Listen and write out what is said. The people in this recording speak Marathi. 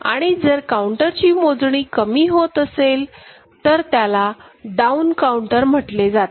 आणि जर काउंटर ची मोजणी कमी होत असेल त्याला डाऊन काउंटर म्हटले जाते